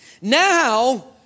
Now